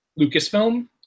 lucasfilm